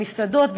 כדי שמסעדות,